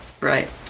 Right